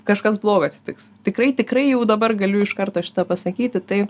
kažkas blogo atsitiks tikrai tikrai jau dabar galiu iš karto šitą pasakyti tai